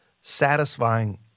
satisfying